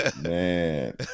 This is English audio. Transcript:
Man